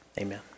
Amen